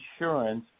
insurance